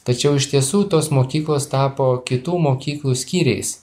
tačiau iš tiesų tos mokyklos tapo kitų mokyklų skyriais